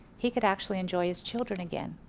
he could actually enjoy his children again.